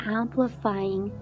amplifying